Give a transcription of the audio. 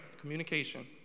Communication